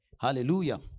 Hallelujah